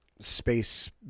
Space